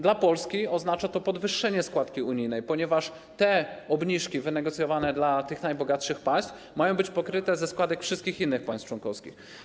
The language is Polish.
Dla Polski oznacza to podwyższenie składki unijnej, ponieważ te obniżki wynegocjowane dla tych najbogatszych państw mają być pokryte ze składek wszystkich innych państw członkowskich.